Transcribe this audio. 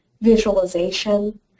Visualization